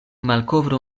malkovro